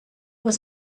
was